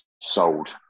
sold